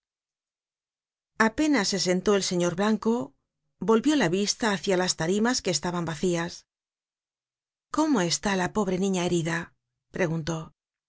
apenas se sentó el señor blanco volvió la vista hacia las tarimas que estaban vacías cómo está la pobre niña herida preguntó